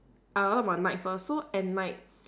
I talk about night first so at night